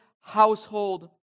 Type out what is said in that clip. household